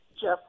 Jeff